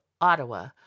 ottawa